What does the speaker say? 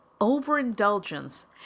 overindulgence